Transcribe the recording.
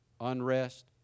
unrest